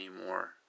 anymore